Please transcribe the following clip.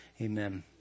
amen